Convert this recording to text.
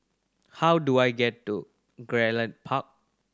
how do I get to Gerald Park